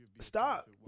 Stop